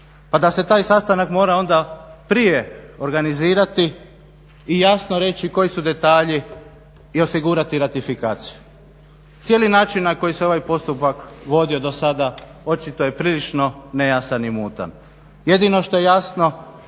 Pa da se taj sastanak mora onda prije organizirati i jasno reći koji su detalji i osigurati ratifikaciju. Cijeli način na koji se ovaj postupak vodio dosada očito je prilično nejasan i mutan. Jedino što je jasno